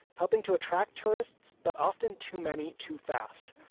helping to attract tourists but often too many too fast.